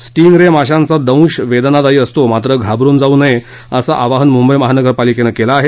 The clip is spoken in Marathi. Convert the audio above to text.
स्टिंग रे माशाचा दंश वेदनादायी असतो मात्र घाबरून जाऊ नये असं आवाहन मुंबई महापालिके ने केलं आहे